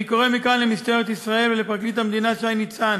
אני קורא מכאן למשטרת ישראל ולפרקליט המדינה שי ניצן